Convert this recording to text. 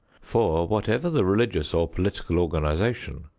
for whatever the religious or political organization,